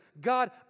God